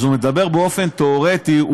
אז הוא מדבר באופן תאורטי,